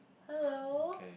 hello